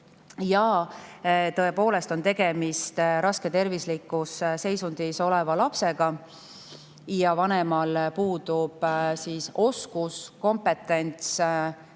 ja tõepoolest on tegemist raskes tervislikus seisundis oleva lapsega, vanemal aga puudub oskus, kompetents